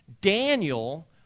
Daniel